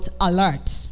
alert